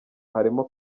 harimo